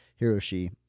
Hiroshi